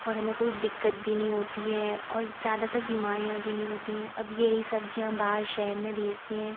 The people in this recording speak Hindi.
और हमें कोई दिक्कत भी नहीं होती है और ज़्यादातर बीमारियाँ भी नहीं होती है अब यही सब्ज़ियाँ हम बाहर शहर में भेजते है